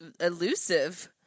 elusive